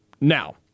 Now